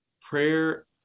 prayer